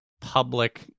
public